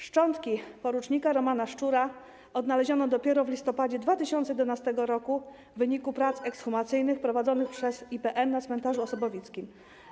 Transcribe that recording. Szczątki por. Romana Szczura odnaleziono dopiero w listopadzie 2011 r. w wyniku prac ekshumacyjnych prowadzonych przez IPN na Cmentarzu Osobowickim.